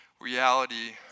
reality